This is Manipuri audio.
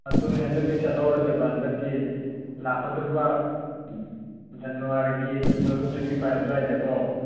ꯑꯗꯨꯅꯦ ꯍꯟꯗꯛꯇꯤ ꯆꯠꯍꯧꯔꯁꯦꯕ ꯍꯟꯗꯛꯀꯤ ꯂꯥꯛꯀꯗꯧꯔꯤꯕ ꯖꯟꯅꯋꯥꯔꯤꯒꯤ ꯇꯨ ꯊꯥꯎꯖꯟ ꯇ꯭ꯋꯦꯟꯇꯤ ꯐꯥꯏꯚ ꯑꯗꯨꯋꯥꯏꯗ ꯀꯣ